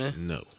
No